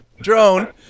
drone